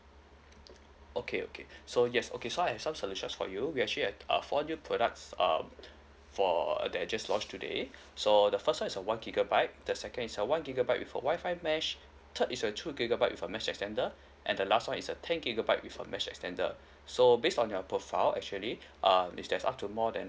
okay okay so yes okay so I've some solutions for you we actually have a four new products um for that have just launch today so the first one is a one gigabyte the second is a one gigabyte with a Wi-Fi mesh third is a two gigabyte with a mesh extender and the last one is a ten gigabyte with a mesh extender so based on your profile actually um if there's up to more than